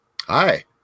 Hi